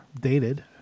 dated